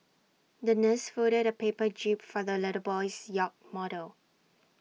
the nurse folded A paper jib for the little boy's yacht model